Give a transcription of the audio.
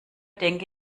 denke